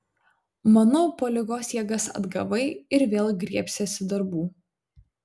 manau po ligos jėgas atgavai ir vėl griebsiesi darbų